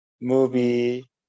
movie